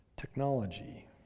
technology